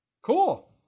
Cool